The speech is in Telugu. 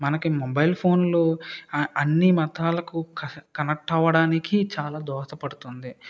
మనకి మొబైల్ ఫోన్లు అ అన్ని మతాలకు కనెక్ట్ అవ్వడానికి చాలా దోహాదపడుతుంది